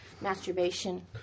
masturbation